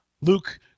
Luke